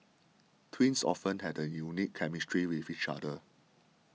twins often have a unique chemistry with each other